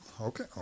Okay